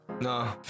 No